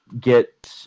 get